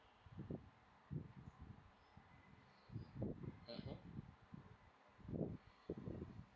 mmhmm